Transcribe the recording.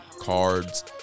cards